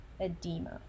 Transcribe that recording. edema